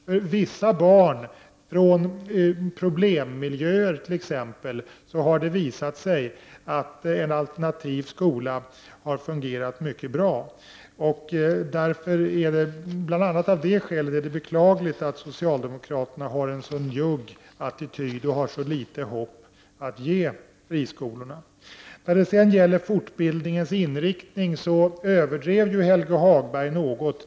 För vissa barn från t.ex. problemmiljöer har det visat sig att en alternativ skola har fungerat mycket bra. Bl.a. av det skälet är det beklagligt att socialdemokraterna har en så njugg attityd och har så litet hopp att ge friskolorna. När det gäller fortbildningens inriktning överdriver Helge Hagberg något.